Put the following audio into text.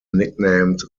nicknamed